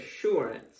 assurance